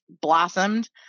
blossomed